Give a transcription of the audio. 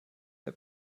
der